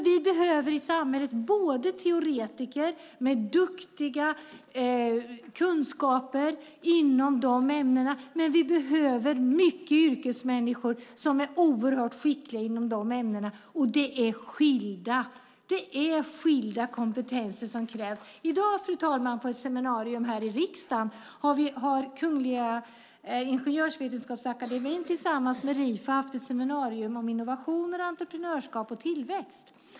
Vi behöver i samhället duktiga teoretiker med goda kunskaper inom de ämnena, men vi behöver också många yrkesmänniskor som är oerhört skickliga inom sina ämnen, och det är skilda kompetenser som krävs. Fru talman! I dag hade Kungliga Ingenjörsvetenskapsakademien tillsammans med Rifo ett seminarium här i riksdagen om innovation, entreprenörskap och tillväxt.